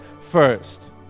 first